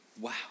Wow